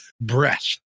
breath